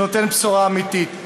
שנותן בשורה אמיתית.